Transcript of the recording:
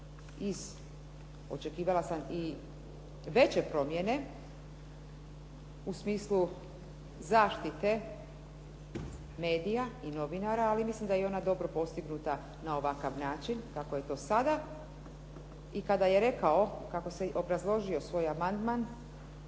očekivala sam i veće promjene u smislu zaštite medija i novinara, ali mislim da je ona dobro postignuta na ovakav način kako je to sada. I kada je rekao, kako je obrazložio svoj amandman